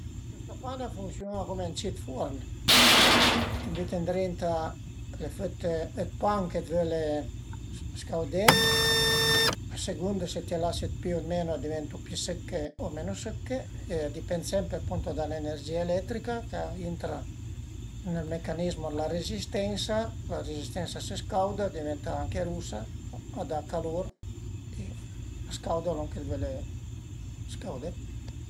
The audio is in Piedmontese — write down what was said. Ël tostapane a funsiun-a cum ën cit furn, ti büte ëndrinta le fëte d'pan che völe scaudé, a sëcund së ti lase pi o menu pi sëcche o menu sëcche e a dipend sempre apunto da l'energìa eletrica ch'a intra nel mecanizmo d'la rezistensa, la rezistensa a së scauda, a diventa anche rusa, a da calur e a scauda lon che ti völe scaudé